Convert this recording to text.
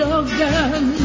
again